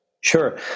Sure